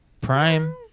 Prime